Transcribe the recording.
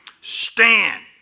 Stand